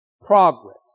progress